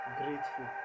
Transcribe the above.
grateful